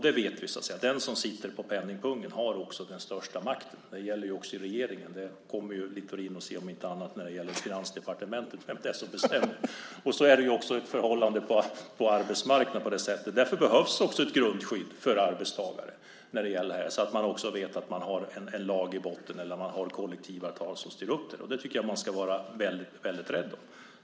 Det vet vi. Den som sitter på penningpungen har också den största makten. Det gäller också i regeringen. Littorin kommer att se, om inte annat när det gäller Finansdepartementet, vem det är som bestämmer. På det sättet är det också i förhållandet på arbetsmarknaden. Därför behövs också ett grundskydd för arbetstagare när det gäller det här så att man vet att man har en lag i botten eller ett kollektivavtal som styr upp detta. Det tycker jag att man ska vara väldigt rädd om.